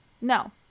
No